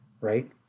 Right